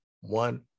one